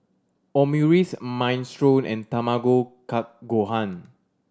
Omurice Minestrone and Tamago Kake Gohan